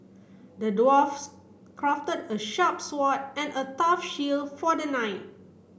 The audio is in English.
the dwarfs crafted a sharp sword and a tough shield for the knight